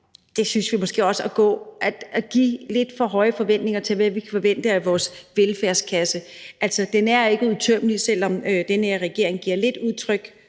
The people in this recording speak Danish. synes vi måske er at have lidt for høje forventninger til, hvad vi kan forvente af vores velfærdskasse. Altså, den er ikke uudtømmelig, selv om den her regering giver lidt udtryk